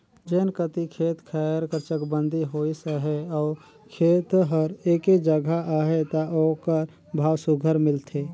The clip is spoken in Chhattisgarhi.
जेन कती खेत खाएर कर चकबंदी होइस अहे अउ खेत हर एके जगहा अहे ता ओकर भाव सुग्घर मिलथे